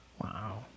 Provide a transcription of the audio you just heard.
Wow